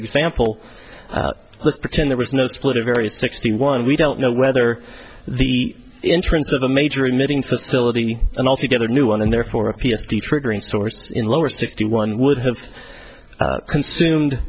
example let's pretend there was no split a very sixty one we don't know whether the entrance of a major emitting facility an altogether new one and therefore a p s t triggering source in lower sixty one would have consumed